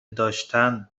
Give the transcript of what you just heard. داشتند